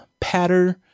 pattern